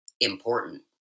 important